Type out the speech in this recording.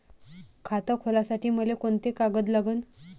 खात खोलासाठी मले कोंते कागद लागन?